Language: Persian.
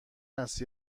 است